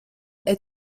est